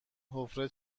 حفره